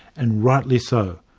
and rightly so.